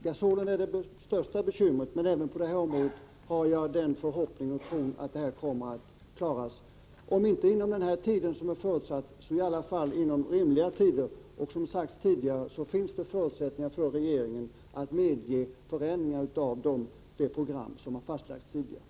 Gasolen medför det största bekymret, men även på det området hoppas och tror jag att detta kommer att klaras — om inte inom den tid som här förutsatts så i alla fall inom rimlig tid. Och som redan framhållits finns det förutsättningar för regeringen att medge förändringar av det program som tidigare har fastlagts.